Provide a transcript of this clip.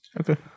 okay